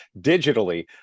digitally